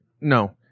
No